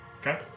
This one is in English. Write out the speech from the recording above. Okay